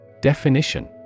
Definition